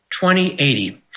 2080